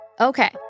Okay